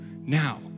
now